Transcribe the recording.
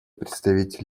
представитель